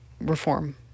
reform